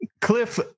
Cliff